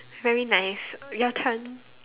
very nice your turn